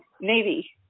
Navy